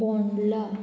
Bondla